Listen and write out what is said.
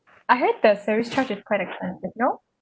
I heard the service charge is quite expensive no